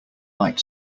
light